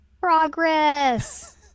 Progress